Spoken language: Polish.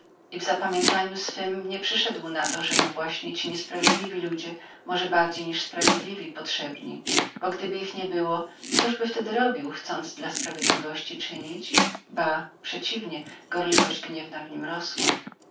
i w zapamiętaniu swem nie przyszedł na to że mu właśnie ci niesprawiedliwi ludzie może bardziej niż sprawiedliwi potrzebni bo gdyby ich nie było cóż by wtedy robił chcąc dla sprawiedliwości czynić ba przeciwnie gorliwość gniewna w nim rosła